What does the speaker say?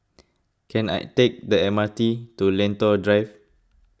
can I take the M R T to Lentor Drive